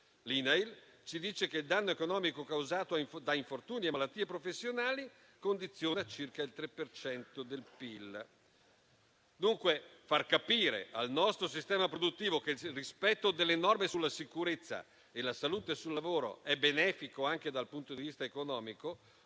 l'INAIL ci dice che il danno economico causato da infortuni e malattie professionali condiziona circa il 3 per cento del PIL. Dunque, far capire al nostro sistema produttivo che il rispetto delle norme sulla sicurezza e la salute sul lavoro sono benefici anche dal punto di vista economico,